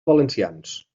valencians